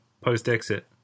post-exit